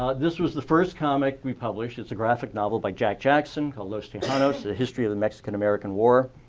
ah this was the first comic we published. it's a graphic novel by jack jackson called, los tejanos, the the history of the mexican-american war.